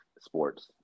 sports